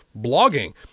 blogging